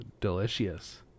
Delicious